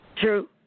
True